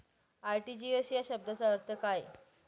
RTGS या शब्दाचा अर्थ काय?